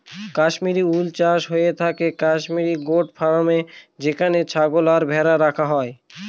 Kashmiri wool চাষ হয়ে থাকে কাশ্মির গোট ফার্মে যেখানে ছাগল আর ভেড়া রাখা হয়